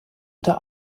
oder